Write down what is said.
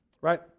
right